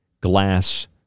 glass